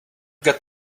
got